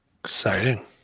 exciting